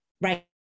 right